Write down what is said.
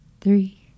three